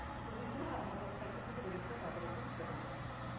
ᱟᱠᱚ ᱦᱩᱭᱩᱜ ᱠᱟᱱᱟ ᱟᱨ ᱢᱚᱴᱚᱨ ᱥᱟᱭᱠᱮᱞ ᱠᱚᱛᱮ ᱥᱮ ᱜᱟᱹᱰᱤ ᱠᱚᱛᱮ ᱛᱟᱲᱟᱛᱟᱹᱲᱤ ᱠᱚ ᱥᱮᱴᱮᱨᱚᱜ ᱠᱟᱱᱟ